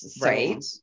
Right